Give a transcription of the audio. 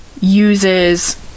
uses